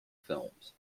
films